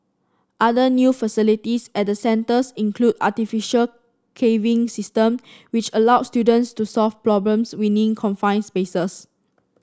other new facilities at the centres include artificial caving system which allow students to solve problems within confined spaces